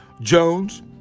Jones